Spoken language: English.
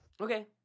okay